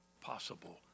possible